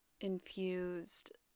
infused